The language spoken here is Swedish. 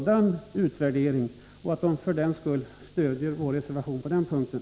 Jag förväntar mig alltså att de för den skull stöder vår reservation på den punkten.